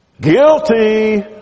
Guilty